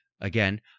Again